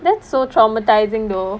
that's so traumatising though